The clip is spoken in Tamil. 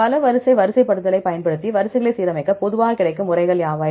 பல வரிசை வரிசைப்படுத்தலைப் பயன்படுத்தி வரிசைகளை சீரமைக்க பொதுவாக கிடைக்கும் முறைகள் யாவை